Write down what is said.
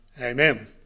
Amen